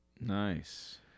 Nice